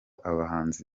abahanzi